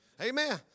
Amen